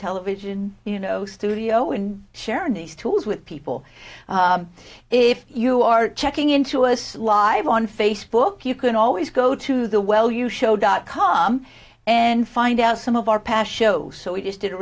television you know studio and sharing these tools with people if you are checking in to us live on facebook you can always go to the well you show dot com and find out some of our passion so we just did a